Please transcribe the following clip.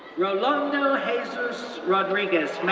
rolando jesus rodriguez,